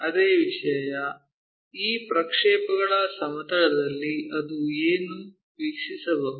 ಅದೇ ವಿಷಯ ಈ ಪ್ರಕ್ಷೇಪಗಳ ಸಮತಲದಲ್ಲಿ ಅದನ್ನು ಏನು ವೀಕ್ಷಿಸಬಹುದು